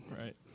right